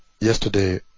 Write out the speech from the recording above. yesterday